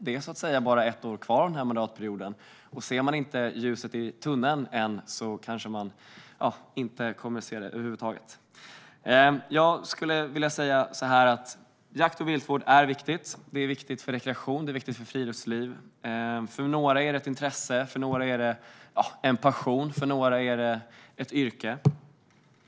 Det är bara ett år kvar av mandatperioden, och ser man inte ljuset i tunneln än kanske man inte kommer att se det över huvud taget. Jag skulle vilja säga att jakt och viltvård är viktigt. Det är viktigt för rekreation och friluftsliv. För några är det ett intresse, för några är det en passion och för några är det ett yrke.